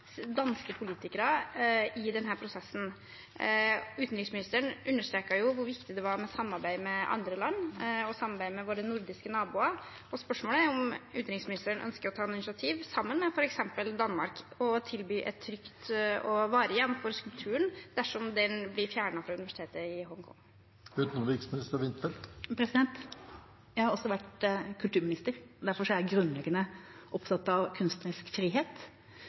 danske politikere i denne prosessen. Utenriksministeren understreket hvor viktig det var med samarbeid med andre land og samarbeid med våre nordiske naboer. Spørsmålet er om utenriksministeren ønsker å ta noe initiativ, sammen med f.eks. Danmark, og tilby et trygt og varig hjem for skulpturen dersom den blir fjernet fra universitetet i Hongkong. Jeg har også vært kulturminister. Derfor er jeg grunnleggende opptatt av kunstnerisk frihet